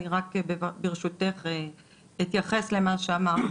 אני רק, ברשותך אתייחס למה שאמרת.